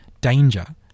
danger